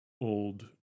old